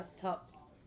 top